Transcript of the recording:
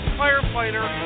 firefighter